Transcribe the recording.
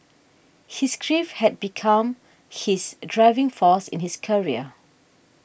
his grief had become his driving force in his career